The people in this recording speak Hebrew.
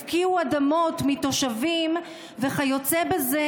הפקיעו אדמות מתושבים וכיוצא בזה,